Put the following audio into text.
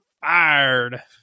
fired